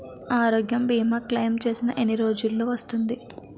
ఆరోగ్య భీమా క్లైమ్ చేసిన ఎన్ని రోజ్జులో వస్తుంది?